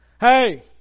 Hey